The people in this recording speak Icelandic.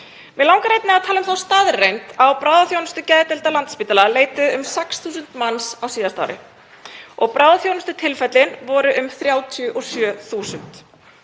Mig langar einnig að tala um þá staðreynd að á bráðaþjónustu geðdeildar Landspítala leituðu um 6.000 manns á síðasta ári og bráðaþjónustutilfellin voru um 37.000.